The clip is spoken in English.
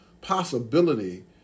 possibility